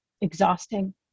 exhausting